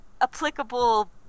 applicable